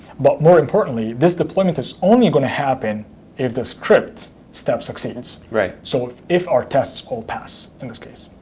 but more importantly, this deployment is only going to happen if the script step succeeds, so if if our tests all pass in this case,